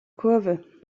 kurve